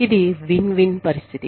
ఇది win win పరిస్థితి